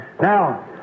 now